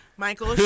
Michael